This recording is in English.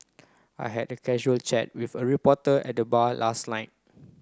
I had a casual chat with a reporter at the bar last night